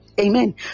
Amen